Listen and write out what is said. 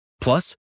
Plus